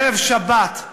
ערב שבת,